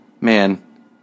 Man